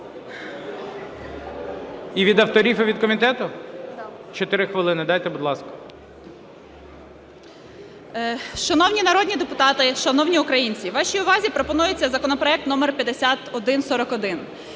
Шановні народні депутати, шановні українці, вашій увазі пропонується законопроект №5141.